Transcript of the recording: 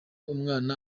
umwana